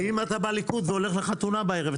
ואם אתה בליכוד והולך לחתונה בערב,